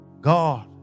God